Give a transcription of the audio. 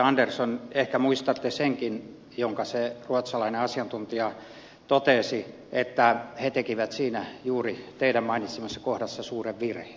andersson ehkä muistatte senkin minkä se ruotsalainen asiantuntija totesi että he tekivät juuri siinä teidän mainitsemassanne kohdassa suuren virheen